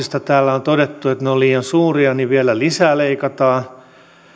leikkauksista täällä on todettu että ne ovat liian suuria niin vielä lisää leikataan